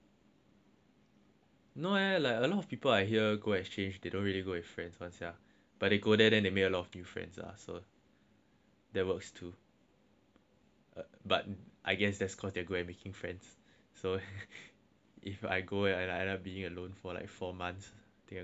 no eh a lot of people I hear go exchange they don't really go with friends one sia but they go there and make a lot of new friends ah so that works too but I guess that's cause they're are quite good at making friends if I go and end up being alone for like four months I think I'm going to kill myself